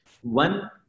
one